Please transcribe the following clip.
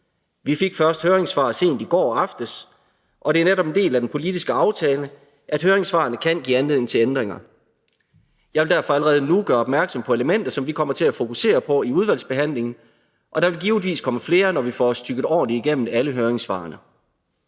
Vi fik først høringssvaret sent i går aftes, og det er netop en del af den politiske aftale, at høringssvarene kan give anledning til ændringer. Jeg vil derfor allerede nu gøre opmærksom på elementer, som vi kommer til at fokusere på i udvalgsbehandlingen, og der vil givetvis komme flere, når vi får tygget os ordentligt igennem alle høringssvarene.